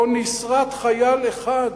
לא נסרט חייל אחד.